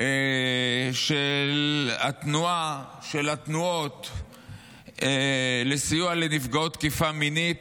של התנועות לסיוע לנפגעות תקיפה מינית,